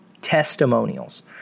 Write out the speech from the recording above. Testimonials